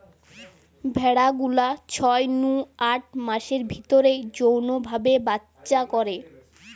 ভেড়া গুলা ছয় নু আট মাসের ভিতরেই যৌন ভাবে বাচ্চা করে